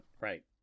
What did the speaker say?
Right